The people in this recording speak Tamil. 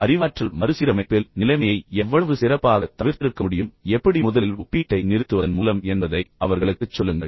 இப்போது அறிவாற்றல் மறுசீரமைப்பில் நிலைமையை எவ்வளவு சிறப்பாகத் தவிர்த்திருக்க சொல்லுங்கள்எப்படி எப்படி முதலில் ஒப்பீட்டை நிறுத்துவதன் மூலம் என்பதை அவர்களுக்குச் சொல்லுங்கள்